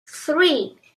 three